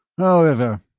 however,